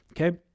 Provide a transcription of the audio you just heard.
Okay